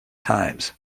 times